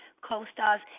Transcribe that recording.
co-stars